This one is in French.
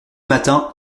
matin